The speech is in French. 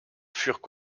furent